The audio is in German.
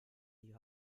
die